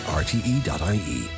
rte.ie